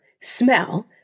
smell